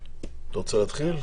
בבקשה, שאילה תציג.